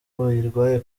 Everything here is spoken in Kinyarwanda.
bayirwaye